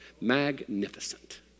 Magnificent